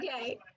okay